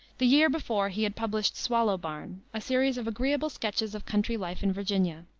the year before he had published swallow barn, a series of agreeable sketches of country life in virginia.